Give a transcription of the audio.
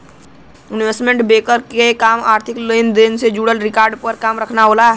investment banker क काम आर्थिक लेन देन से जुड़ल रिकॉर्ड पर काम करना होला